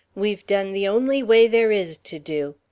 we've done the only way there is to do.